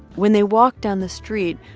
when they walk down the street,